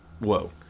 Whoa